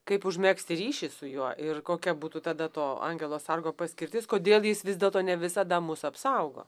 kaip užmegzti ryšį su juo ir kokia būtų tada to angelo sargo paskirtis kodėl jis vis dėlto ne visada mus apsaugo